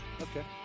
Okay